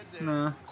Nah